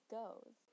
goes